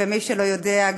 ומי שלא יודע,